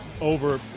over